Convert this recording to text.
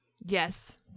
Yes